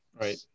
Right